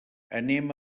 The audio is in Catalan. anem